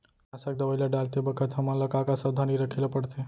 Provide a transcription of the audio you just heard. कीटनाशक दवई ल डालते बखत हमन ल का का सावधानी रखें ल पड़थे?